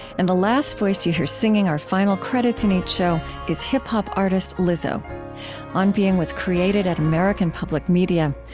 and the last voice that you hear singing our final credits in each show is hip-hop artist lizzo on being was created at american public media.